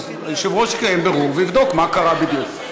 היושב-ראש יקיים בירור ויבדוק מה קרה בדיוק.